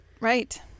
Right